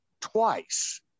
twice